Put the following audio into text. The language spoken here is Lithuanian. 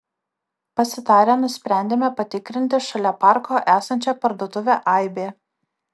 pasitarę nusprendėme patikrinti šalia parko esančią parduotuvę aibė